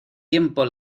tiempo